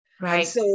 Right